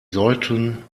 sollten